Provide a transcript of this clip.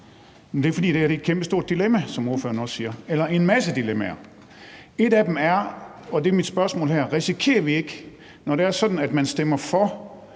det er, fordi det her er et kæmpestort dilemma, som ordføreren også siger – eller en masse dilemmaer. Et af dem er – og det er mit spørgsmål her: Risikerer vi ikke, når man stemmer for